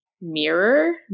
mirror